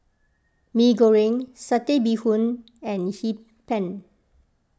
Mee Goreng Satay Bee Hoon and Hee Pan